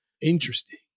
Interesting